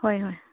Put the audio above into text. ꯍꯣꯏ ꯍꯣꯏ